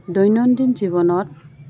দৈনন্দিন জীৱনত